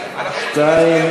2,